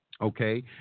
Okay